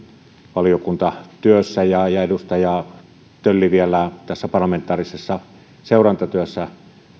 valiokuntatyössä ja ja edustaja töllin vielä tässä parlamentaarisessa seurantatyössä